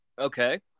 Okay